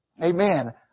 Amen